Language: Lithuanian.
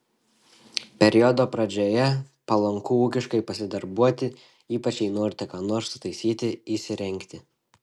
periodo pradžioje palanku ūkiškai pasidarbuoti ypač jei norite ką nors sutaisyti įsirengti